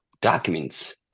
documents